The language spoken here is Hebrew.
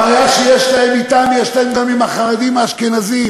הבעיה שיש להם אתם, יש להם גם עם החרדים האשכנזים,